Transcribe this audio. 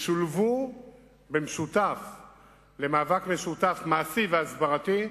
ישולבו למאבק משותף, מעשי והסברתי.